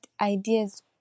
ideas